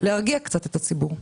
להרגיע קצת את הציבור.